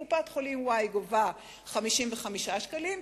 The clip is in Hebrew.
קופת-חולים y גובה 55 שקלים.